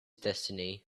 destiny